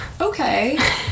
okay